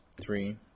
three